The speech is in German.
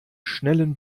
schnellen